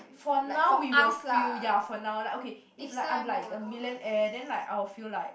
for now we will feel ya for now like okay if like I'm like the millionaire then like I will feel like